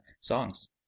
songs